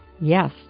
Yes